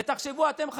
ותחשבו אתם,